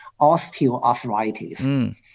osteoarthritis